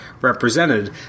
represented